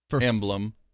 emblem